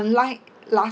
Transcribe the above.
unlike last